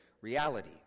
reality